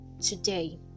today